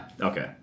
Okay